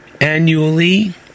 annually